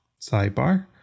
Sidebar